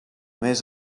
més